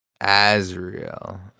Azrael